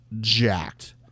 jacked